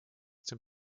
dem